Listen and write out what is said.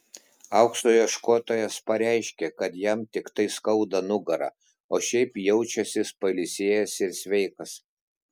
aukso ieškotojas pareiškė kad jam tiktai skauda nugarą o šiaip jaučiąsis pailsėjęs ir sveikas